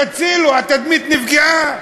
תצילו, התדמית נפגעה.